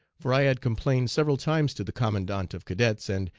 for i had complained several times to the commandant of cadets, and,